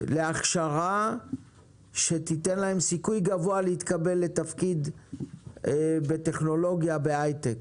להכשרה שתיתן להם סיכוי גבוה להתקבל לתפקיד בטכנולוגיה בהייטק.